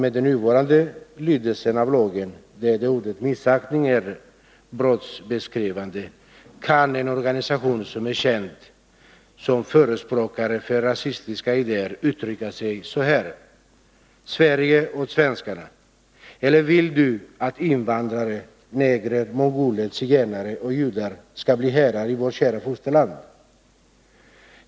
Med den nuvarande lydelsen av lagen, där ordet missaktning är brottsbeskrivande, kan en organisation som är känd som förespråkare för rasistiska idéer uttrycka sig så här: ”Sverige åt svenskarna eller vill du att invandrade negrer, mongoler, zigenare och judar skall bli herrar i vårt kära fosterland.